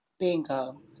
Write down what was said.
Bingo